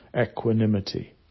equanimity